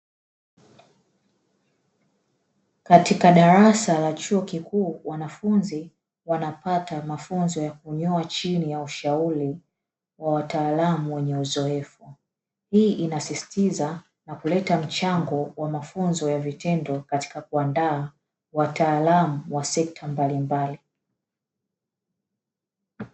Katika darasa la chuo kikuu wanafunzi wanapata mafunzo ya kunyoa chini ya ushauri wa wataalamu wenye uzoefu, hii inasisitiza na kuleta mchango wa mafunzo ya vitendo katika kuandaa wataalamu wa sekta mbalimbali.